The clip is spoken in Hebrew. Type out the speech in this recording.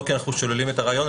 לא כי אנחנו שוללים את הרעיון,